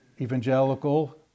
evangelical